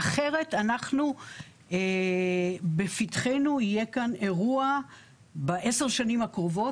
אחרת אנחנו בפתחנו יהיה כאן אירוע ב-10 שנים הקרובות,